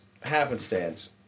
happenstance